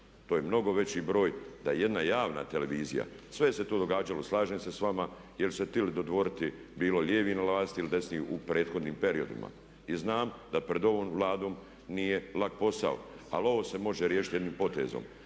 To je mnogo veći broj, ta jedna javna televizija, sve se to događalo, slažem se s vama jer su se tili dodvoriti bilo lijevoj na vlasti ili desnoj u prethodnim periodima. I znam da pred ovom Vladom nije lak posao. Ali ovo se može riješiti jednim potezom.